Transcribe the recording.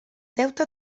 deute